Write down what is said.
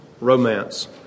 romance